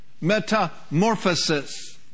Metamorphosis